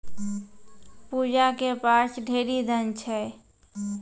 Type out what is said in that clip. पूजा के पास ढेरी धन छै